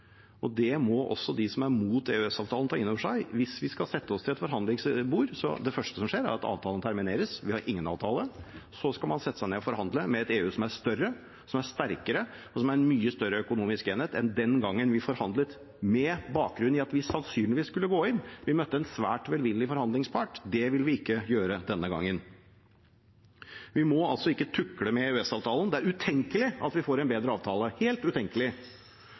og det må også de som er mot EØS-avtalen, ta inn over seg. Hvis vi skal sette oss til et forhandlingsbord, er det første som skjer, at avtalen termineres, vi har ingen avtale. Så skal man sette seg ned og forhandle med et EU som er større, som er sterkere, og som er en mye større økonomisk enhet enn den gangen vi forhandlet med bakgrunn i at vi sannsynligvis skulle gå inn. Vi møtte en svært velvillig forhandlingspart. Det vil vi ikke gjøre denne gangen. Vi må ikke tukle med EØS-avtalen. Det er utenkelig at vi får en bedre avtale, helt utenkelig.